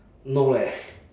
no leh